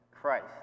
Christ